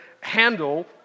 handle